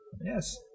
Yes